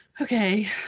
Okay